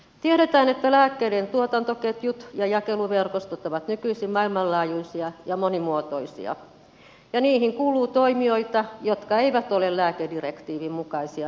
tiedetään että lääkkeiden tuotantoketjut ja jakeluverkostot ovat nykyisin maailmanlaajuisia ja monimuotoisia ja niihin kuuluu toimijoita jotka eivät ole lääkedirektiivin mukaisia lääketukkukauppiaita